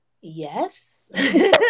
Yes